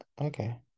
Okay